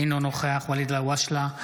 אינו נוכח ואליד אלהואשלה,